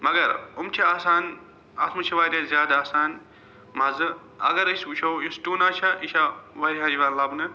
مگر یِم چھِ آسان اَتھ مَنٛز چھِ واریاہ زیادٕ آسان مَزٕ اگر أسۍ وٕچھو یُس ٹوٗنا چھےٚ یہِ چھےٚ واریاہ یِوان لَبنہٕ